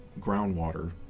groundwater